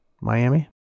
Miami